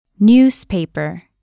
Newspaper